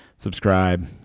subscribe